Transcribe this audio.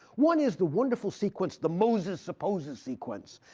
one is the wonderful sequence, the moses supposes sequence.